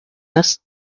this